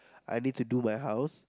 I need to do my house